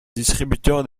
distributeur